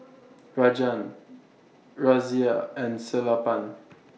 Rajan Razia and Sellapan